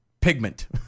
pigment